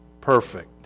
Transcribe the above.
perfect